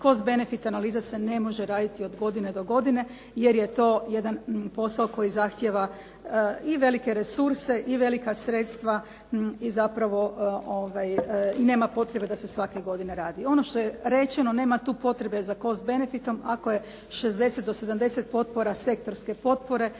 Cost-benefit analiza se ne može raditi od godine do godine jer je to jedan posao koji zahtjeva i velike resurse i velika sredstva i zapravo nema potrebe da se svake godine radi. Ono što je rečeno nema tu potrebe za Cost-benefitom ako je 60 do 70 potpora sektorske potpore